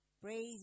Praise